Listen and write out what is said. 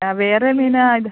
ആ വേറെ മീൻ ആ ഇത്